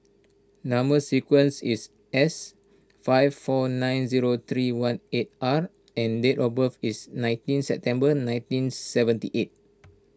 Number Sequence is S five four nine zero three one eight R and date of birth is nineteen September nineteen seventy eight